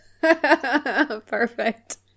Perfect